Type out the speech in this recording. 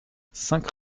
cinq